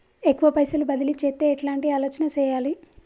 ఎక్కువ పైసలు బదిలీ చేత్తే ఎట్లాంటి ఆలోచన సేయాలి?